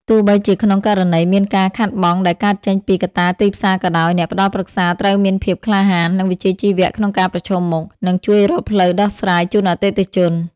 ទោះបីជាក្នុងករណីមានការខាតបង់ដែលកើតចេញពីកត្តាទីផ្សារក៏ដោយ អ្នកផ្ដល់ប្រឹក្សាត្រូវមានភាពក្លាហាន និងវិជ្ជាជីវៈក្នុងការប្រឈមមុខ និងជួយរកផ្លូវដោះស្រាយជូនអតិថិជន។